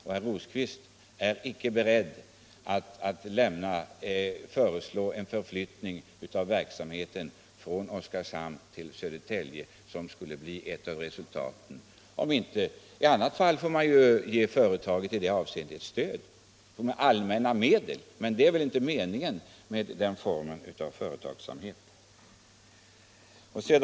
Och herr Rosqvist är inte beredd att förslå en förflyttning av verksamheten från Oskarshamn till Södertälje, vilket skulle bli ett av resultaten — såvida man inte är beredd att stödja företaget med allmänna medel, men det är väl inte meningen med den formen av företagsamhet?